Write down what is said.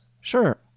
Sure